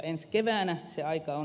ensi keväänä se aika on